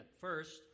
First